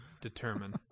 determine